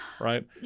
right